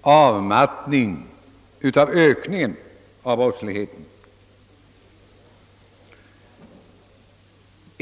avmattning i ökningen av brottsligheten.